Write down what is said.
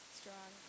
strong